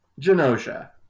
Genosha